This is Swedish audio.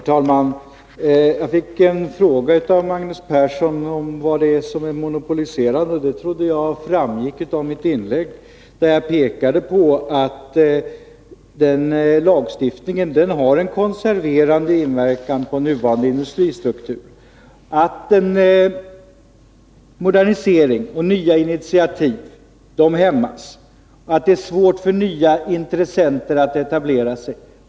Herr talman! Jag fick en fråga av Magnus Persson om vad det är som är monopoliserande. Jag trodde att det framgick av mitt inlägg, där jag pekade på att lagstiftningen har en konserverande inverkan på nuvarande industristruktur, att modernisering och nya initiativ hämmas, att det är svårt för nya intressenter att etablera sig.